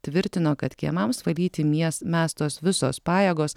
tvirtino kad kiemams valyti mies mestos visos pajėgos